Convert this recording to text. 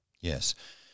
Yes